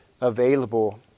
available